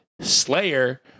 Slayer